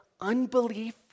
unbelief